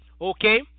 okay